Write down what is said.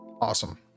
Awesome